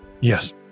yes